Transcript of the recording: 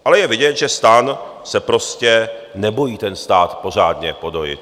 Ale je vidět, že STAN se prostě nebojí ten stát pořádně podojit.